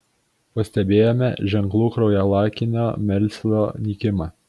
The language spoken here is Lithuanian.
pastebėjome ženklų kraujalakinio melsvio nykimą